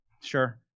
sure